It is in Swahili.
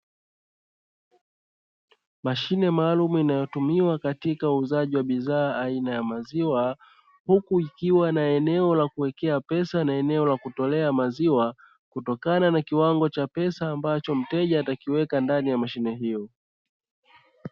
Mashine maalumu inayotumiwa katika uuzaji wa bidhaa aina ya maziwa, huku ikiwa na eneo la kuwekea pesa na eneo la kutolea maziwa kutokana na kiwango cha pesa ambacho mteja atakiweka ndani ya mashine hiyo.